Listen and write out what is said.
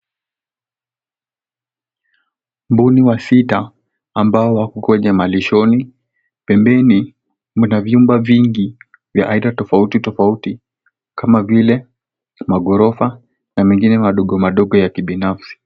Mbuni wasita ambao wako kwenye malishoni. Pembeni mna vyumba vingi vya aina tofauti tofauti kama vile maghorofa na mengine madogo madogo ya kibinafsi.